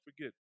forget